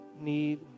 need